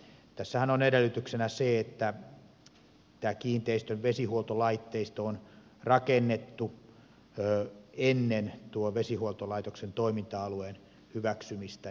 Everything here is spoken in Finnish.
tässähän on edellytyksenä se että tämän kiinteistön vesihuoltolaitteisto on rakennettu ennen tuon vesihuoltolaitoksen toiminta alueen hyväksymistä